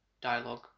dialogue